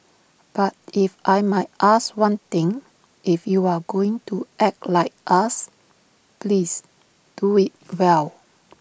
but if I might ask one thing if you are going to act like us please do IT well